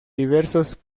diversos